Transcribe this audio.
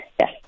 Yes